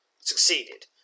Succeeded